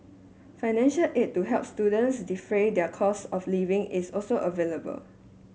financial aid to help students defray their costs of living is also available